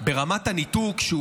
ברמת הניתוק,